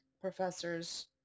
professors